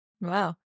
Wow